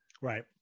Right